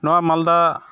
ᱱᱚᱣᱟ ᱢᱟᱞᱫᱟ